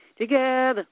Together